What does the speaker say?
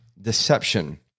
Deception